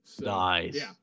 Nice